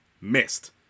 Missed